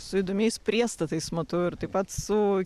su įdomiais priestatais matau ir taip pat su